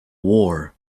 war